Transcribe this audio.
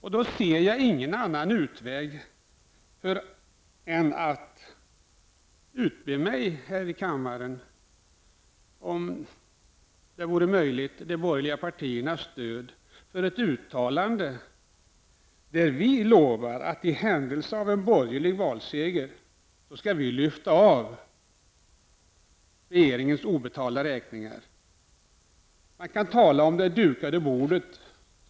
Jag ser inte nu någon annan utväg än att utbe mig om att de borgerliga partierna vid en eventuell borgerlig valseger i höst utlovar att lyfta av regeringens obetalda räkningar. Man kan tala om det dukade bordet.